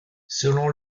selon